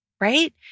right